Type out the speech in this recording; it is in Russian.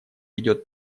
ведет